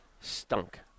stunk